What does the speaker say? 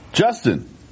Justin